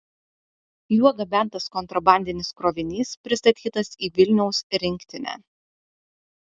juo gabentas kontrabandinis krovinys pristatytas į vilniaus rinktinę